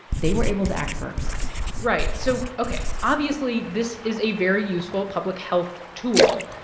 they were able to act first right. so, ok, obviously this is a very useful public health tool.